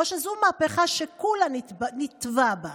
או שזו מהפכה שכולנו נטבע בה,